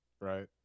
right